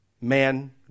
man